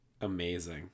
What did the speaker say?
amazing